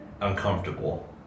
uncomfortable